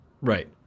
right